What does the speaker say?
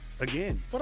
again